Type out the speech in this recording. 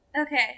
Okay